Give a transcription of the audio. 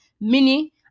mini